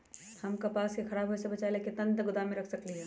हम कपास के खराब होए से बचाबे ला कितना दिन तक गोदाम में रख सकली ह?